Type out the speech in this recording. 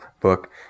book